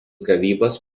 gavybos